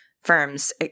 firms